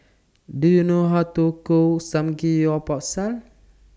Do YOU know How to Cook Samgeyopsal